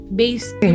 based